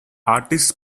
artists